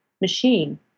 machine